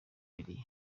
bible